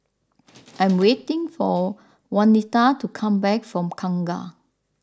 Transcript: I am waiting for Waneta to come back from Kangkar